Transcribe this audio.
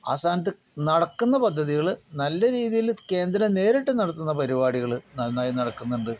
ആ സ്ഥാനത്ത് നടക്കുന്ന പദ്ധതികൾ നല്ല രീതിയിൽ കേന്ദ്രം നേരിട്ട് നടത്തുന്ന പരിപാടികൾ നന്നായി നടക്കുന്നുണ്ട്